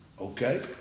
Okay